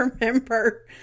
remember